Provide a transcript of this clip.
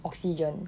oxygen